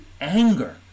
anger